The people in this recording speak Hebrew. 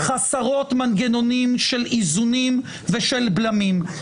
חסרות מנגנונים של איזונים ושל בלמים.